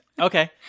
Okay